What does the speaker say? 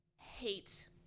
hate